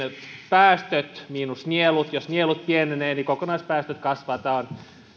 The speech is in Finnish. päästöt miinus nielut niin jos nielut pienenevät kokonaispäästöt kasvavat tämä on